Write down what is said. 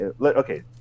okay